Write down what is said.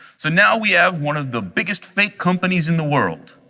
so now we have one of the biggest fake companies in the world.